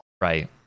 right